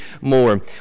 more